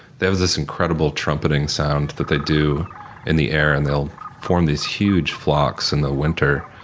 they have this incredible trumpeting sound that they do in the air and they'll form these huge flocks in the winter.